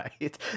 right